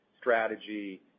strategy